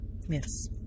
Yes